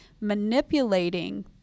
manipulating